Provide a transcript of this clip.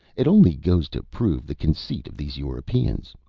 it only goes to prove the conceit of these europeans.